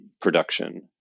production